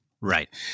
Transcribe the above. Right